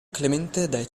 clemente